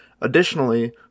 Additionally